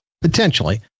potentially